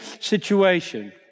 situation